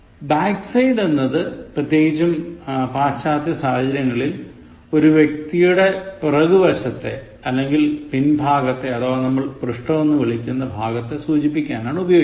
Back side എന്നത് പ്രത്യേകിച്ചും പാശ്ചാത്യ സാഹചര്യങ്ങളിൽ ഒരു വ്യക്തിയുടെ പുറകുവശത്തെ അല്ലെങ്കിൽ പിൻഭാഗത്തെ അഥവാ നമ്മൾ പൃഷ്ഠം എന്ന് വിളിക്കുന്ന ഭാഗത്തെ സൂചിപ്പിക്കാനാണ് ഉപയോഗിക്കുന്നത്